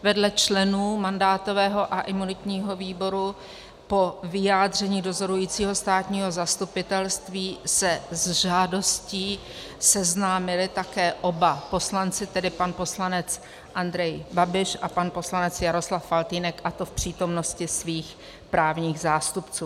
Vedle členů mandátového a imunitního výboru po vyjádření dozorujícího státního zastupitelství se s žádostí seznámili také oba poslanci, tedy pan poslanec Andrej Babiš a pan poslanec Jaroslav Faltýnek, a to v přítomnosti svých právních zástupců.